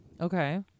Okay